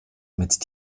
mit